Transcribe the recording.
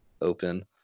open